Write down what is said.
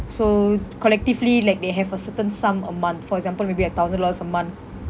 so collectively like they have a certain sum a month for example maybe a thousand dollars a month